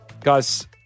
Guys